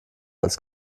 als